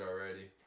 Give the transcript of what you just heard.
already